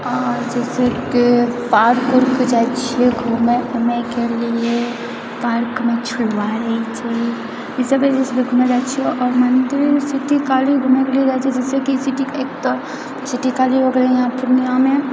आओर जैसेकि पार्क उर्क जाइत छियै घुमय तुमयकेलिए पार्कमे छोरवा रहैछे ई सबके वजहसँ घुमै लए जाइत छिऐ आओर मन्दिर सिटी काली घुमय केलिए जाइत छिऐ जेनाकि सिटी एतय सिटी काली यहाँ होय गेले पूर्णियाँमे